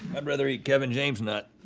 i'd rather eat kevin james's nut.